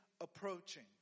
approaching